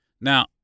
now